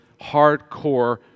hardcore